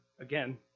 again